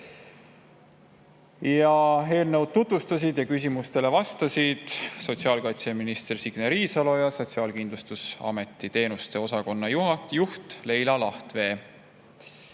Eelnõu tutvustasid ja küsimustele vastasid sotsiaalkaitseminister Signe Riisalo ja Sotsiaalkindlustusameti teenuste osakonna juht Leila Lahtvee.